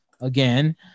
again